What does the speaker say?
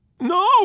No